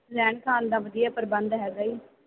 ਰਹਿਣ ਖਾਣ ਦਾ ਵਧੀਆ ਪ੍ਰਬੰਧ ਹੈਗਾ ਜੀ